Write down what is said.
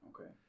Okay